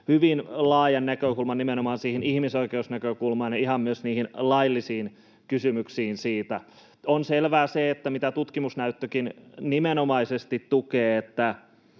hyvin laajan näkökulman nimenomaan siihen ihmisoikeusnäkökulmaan ja ihan myös niihin laillisiin kysymyksiin. On selvää se, mitä tutkimusnäyttökin nimenomaisesti tukee, että